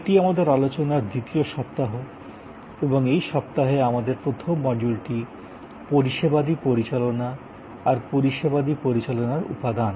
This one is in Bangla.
এটি আমাদের আলোচনার দ্বিতীয় সপ্তাহ এবং এই সপ্তাহে আমাদের প্রথম মডিউলটি পরিষেবাদি পরিচালনা আর পরিষেবাদি পরিচালনার উপাদান